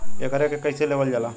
एकरके कईसे लेवल जाला?